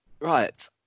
Right